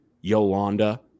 Yolanda